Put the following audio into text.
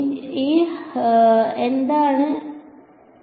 ഈ ചേട്ടൻ എന്താ ഇവൻ